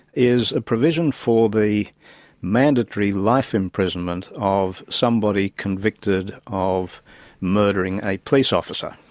is a provision for the mandatory life imprisonment of somebody convicted of murdering a police officer.